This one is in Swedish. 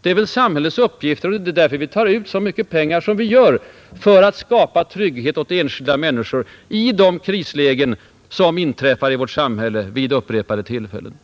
Det är samhällets uppgift och det är därför vi tar ut så mycket pengar som vi gör för att skapa trygghet åt enskilda människor i de krislägen som inträffar vid upprepade tillfällen.